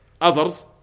others